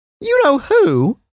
You-know-who